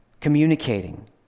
communicating